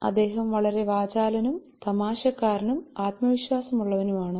അദ്ദേഹം വളരെ വാചാലനും തമാശക്കാരനും ആത്മവിശ്വാസമുള്ളവനുമാണ്